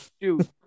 Dude